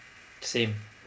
same